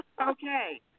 Okay